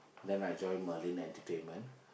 then I join Merlin Entertainment